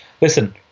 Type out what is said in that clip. Listen